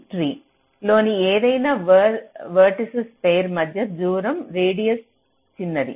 ట్రీలోని ఏదైనా vertices pair మధ్య దూరం రేడియస్ చిన్నది